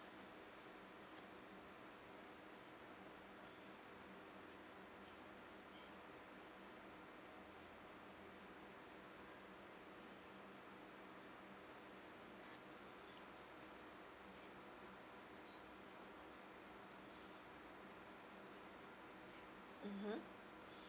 mmhmm